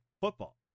football